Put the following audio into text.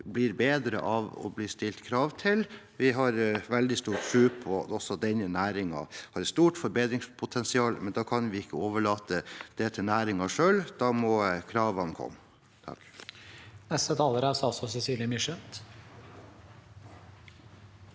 blir bedre av å bli stilt krav til. Vi har veldig stor tro på at også denne næringen har et stort forbedringspotensial, men da kan vi ikke overlate det til næringen selv. Da må kravene komme.